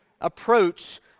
approach